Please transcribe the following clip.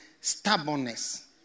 stubbornness